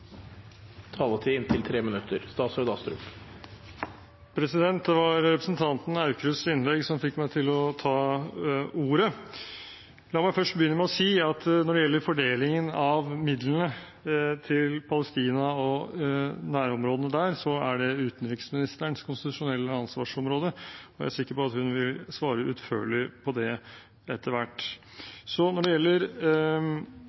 taletid på inntil 3 minutter. Det var representanten Aukrusts innlegg som fikk meg til å ta ordet. La meg først begynne med å si at når det gjelder fordelingen av midlene til Palestina og nærområdene der, så er det utenriksministerens konstitusjonelle ansvarsområde, og jeg er sikker på at hun vil svare utførlig på det etter hvert.